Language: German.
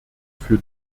für